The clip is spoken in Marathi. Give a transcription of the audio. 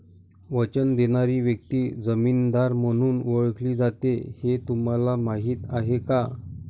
वचन देणारी व्यक्ती जामीनदार म्हणून ओळखली जाते हे तुम्हाला माहीत आहे का?